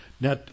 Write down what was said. Now